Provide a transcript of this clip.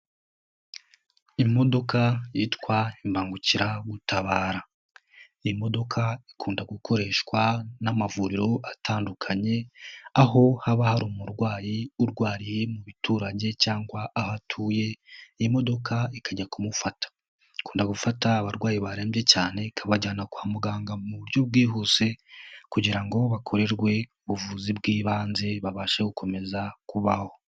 Imodoka yitwa imbangukiragutabara, iyi modoka ikunda gukoreshwa n'amavuriro atandukanye aho haba hari umurwayi urwariye mu biturage cyangwa aho atuye, iyi modoka ikajya kumufata ikunda gufata abarwayi barembye cyane ikabajyana kwa muganga mu buryo bwihuse kugira ngo bakorerwe ubuvuzi bw'ibanze babashe gukomeza kubaho.